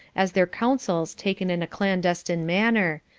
as their counsels taken in a clandestine manner,